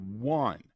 one